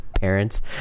parents